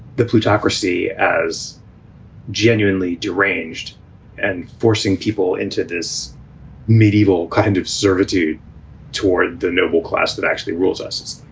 the plutocracy as genuinely deranged and forcing people into this medieval kind of servitude toward the noble class that actually rules us.